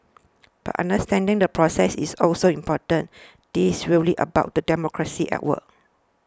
but understanding the process is also important this really about the democracy at work